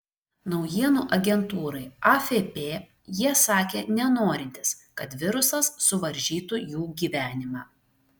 naujienų agentūrai afp jie sakė nenorintys kad virusas suvaržytų jų gyvenimą